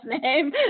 name